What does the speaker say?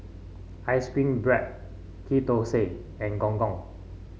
ice cream bread Ghee Thosai and Gong Gong